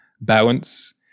balance